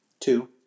two